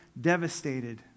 devastated